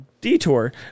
Detour